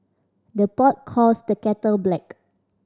the pot calls the kettle black